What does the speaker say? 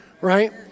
right